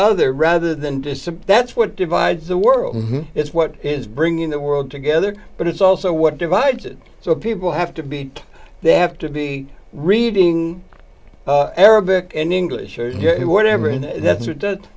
other rather than just some that's what divides the world it's what is bringing the world together but it's also what divides it so people have to be they have to be reading arabic and english or whatever and that's that